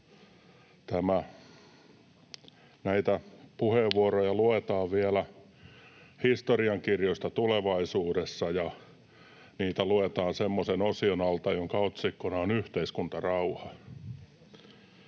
Näitä puheenvuoroja luetaan vielä historiankirjoista tulevaisuudessa, ja niitä luetaan semmoisen osion alta, jonka otsikkona on ”yhteiskuntarauha”.